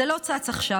זה לא צץ עכשיו,